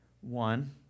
one